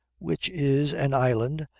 which is an island,